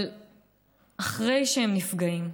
אבל אחרי שהם נפגעים,